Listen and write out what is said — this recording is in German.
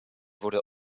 wurde